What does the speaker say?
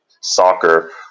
soccer